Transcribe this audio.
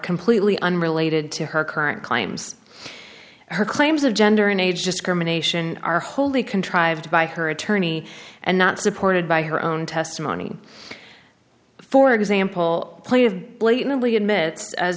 completely unrelated to her current claims her claims of gender and age discrimination are wholly contrived by her attorney and not supported by her own testimony for example play of blatantly